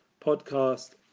podcast